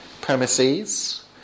premises